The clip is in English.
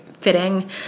fitting